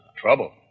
Trouble